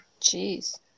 Jeez